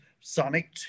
Sonic